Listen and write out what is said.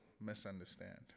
misunderstand